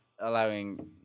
allowing